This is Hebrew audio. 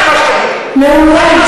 מעולה.